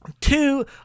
two